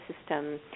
system